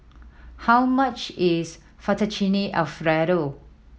how much is Fettuccine Alfredo